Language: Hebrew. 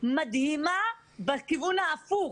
מדהימה בכיוון ההפוך.